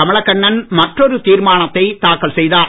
கமலக்கண்ணன் மற்றொரு தீர்மானத்தை தாக்கல் செய்தார்